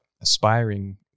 aspiring